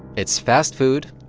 it's fast food.